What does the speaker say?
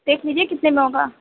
دیکھ لیجئے کتنے میں ہوگا